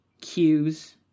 cues